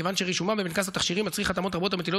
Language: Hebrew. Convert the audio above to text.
כיוון שרישומם בפנקס התכשירים מצריך התאמות רבות המטילות